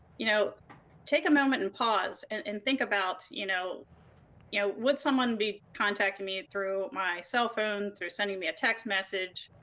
you know take a moment and pause and and think about you know you know would someone be contacting me through my cell phone? through sending me a text message?